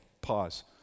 pause